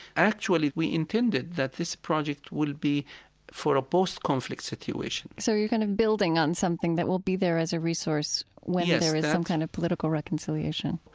actually, we intended that this project will be for a post-conflict situation so you're kind of building on something that will be there as a resource when there's some kind of political reconciliation?